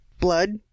blood